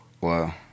Wow